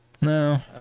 No